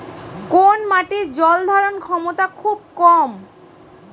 কোন মাটির জল ধারণ ক্ষমতা খুব কম?